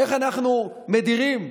איך אנחנו מדירים.